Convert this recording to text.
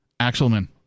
Axelman